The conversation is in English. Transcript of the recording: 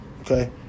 okay